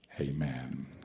Amen